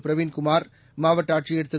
பிரவின் குமார் மாவட்ட ஆட்சியர் திரு